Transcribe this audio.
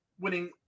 winning